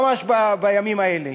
ממש בימים האלה.